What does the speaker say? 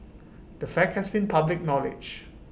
the fact has been public knowledge